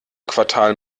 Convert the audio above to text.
quartal